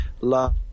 love